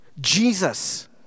Jesus